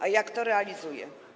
A jak to realizuje?